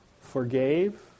Forgave